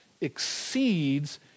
exceeds